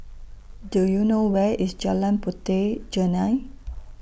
Do YOU know Where IS Jalan Puteh Jerneh